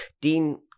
Dean